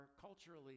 culturally